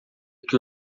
que